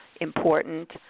important